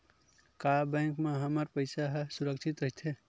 का बैंक म हमर पईसा ह सुरक्षित राइथे?